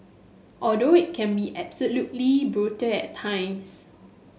although it can be absolutely brutal at times